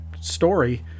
story